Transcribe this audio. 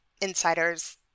insiders